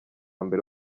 mbere